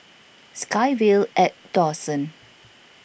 SkyVille at Dawson